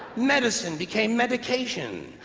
medicine became medication.